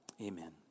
Amen